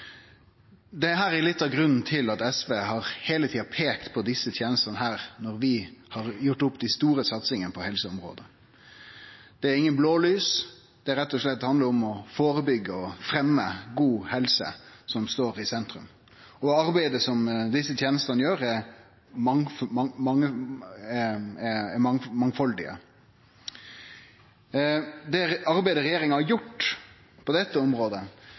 at SV heile tida har peikt på desse tenestene når vi har gjort opp dei store satsingane på helseområdet. Det er ingen blålys. Det handlar rett og slett om å førebyggje og fremje god helse. Det er det som står i sentrum. Arbeidet som blir gjort, er mangfaldig. Det arbeidet som regjeringa har gjort på dette området, er